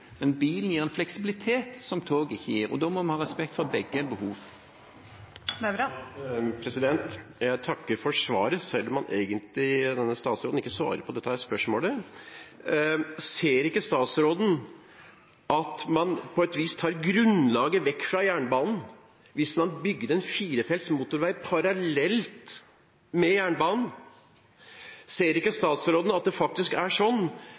Da må vi ha respekt for begge behov. Jeg takker for svaret selv om statsråden egentlig ikke svarer på spørsmålet. Ser ikke statsråden at man på et vis tar grunnlaget vekk fra jernbanen hvis man bygger en firefelts motorvei parallelt med jernbanen? Ser ikke statsråden at man faktisk